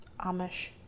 Amish